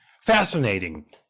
Fascinating